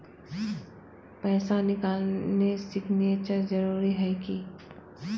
पैसा निकालने सिग्नेचर जरुरी है की?